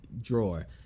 drawer